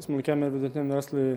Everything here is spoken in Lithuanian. smulkiam ir vidutiniam verslui